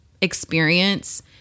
experience